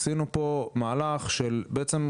עשינו פה מהלך של בעצם,